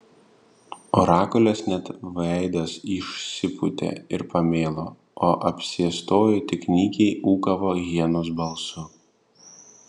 orakulės net veidas išsipūtė ir pamėlo o apsėstoji tik nykiai ūkavo hienos balsu